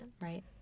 Right